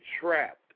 Trapped